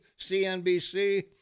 CNBC